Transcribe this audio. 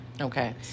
Okay